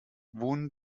wohnen